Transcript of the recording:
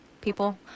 people